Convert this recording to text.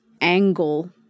angle